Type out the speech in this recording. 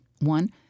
One